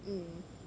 mm